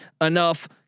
enough